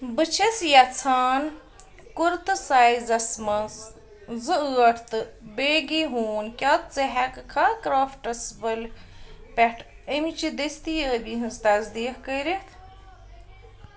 بہٕ چھَس یژھان کُرتہٕ سایزَس منٛز زٕ ٲٹھ تہٕ بیگی ہوٗن کیٛاہ ژٕ ہٮ۪کہٕ کھا کرٛافٹَس ؤلۍ پٮ۪ٹھ اَمہِ چہِ دٔستیٲبی ہِنٛز تصدیٖق کٔرتھ